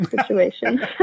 situation